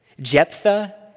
Jephthah